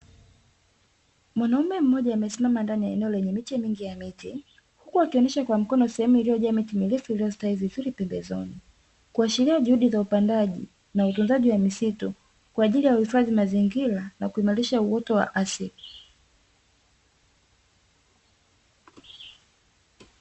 Mwanaume mmoja amesimama ndani ya eneo lenye miche mingi ya miti, huku akionyesha kwa mkono sehemu iliyojaa miti mirefu iliyostawi vizuri pembezoni. Kuashiria juhudi za upandaji na utunzaji wa misitu kwa ajili ya uhifadhi mazingira na kuimarisha uoto wa asili.